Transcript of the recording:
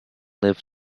live